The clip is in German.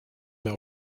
mehr